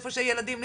איפה שילדים נמצאים,